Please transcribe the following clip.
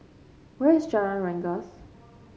where is Jalan Rengas